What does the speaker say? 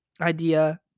idea